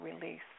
release